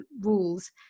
rules